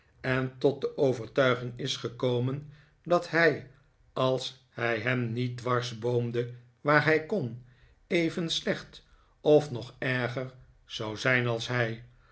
en tot de overtuiging is gekomen dat hij als hij hem niet dwarsboomde waar hij kon even slecht of nog erger zou zijn als hij